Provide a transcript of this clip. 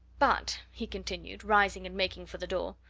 but, he continued, rising and making for the door,